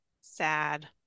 sad